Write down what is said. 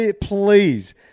Please